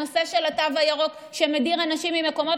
הנושא של התו הירוק מדיר אנשים ממקומות